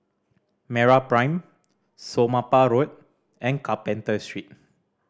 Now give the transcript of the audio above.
MeraPrime Somapah Road and Carpenter Street